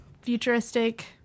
futuristic